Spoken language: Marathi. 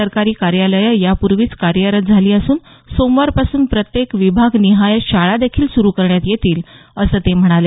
सरकारी कार्यालयं यापूर्वीच कार्यरत झाली असून सोमवारपासून प्रत्येक विभागनिहाय शाळा देखील सुरू करण्यात येतील असंही ते म्हणाले